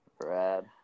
Brad